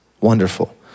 wonderful